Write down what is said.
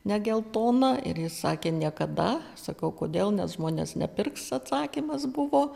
ne geltoną ir jis sakė niekada sakau kodėl nes žmonės nepirks atsakymas buvo